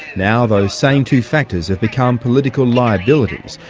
now those same two factors have become political liabilities.